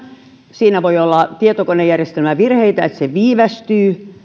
siinä voi olla tietokonejärjestelmävirheitä niin että se viivästyy